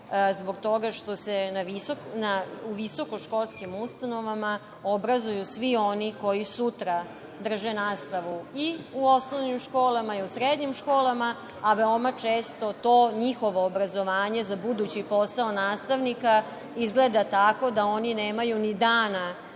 Zbog toga što se u visokoškolksim ustanovama obrazuju svi oni koji sutra drže nastavu i u osnovnim školama i u srednjim školama, a veoma često to njihovo obrazovanje za budući posao nastavnika izgleda tako da oni nemaju ni dana